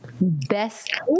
Best